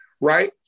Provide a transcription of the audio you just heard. right